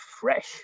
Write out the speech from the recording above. fresh